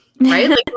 right